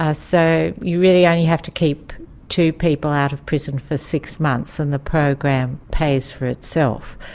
ah so you really only have to keep two people out of prison for six months and the program pays for itself.